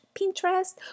Pinterest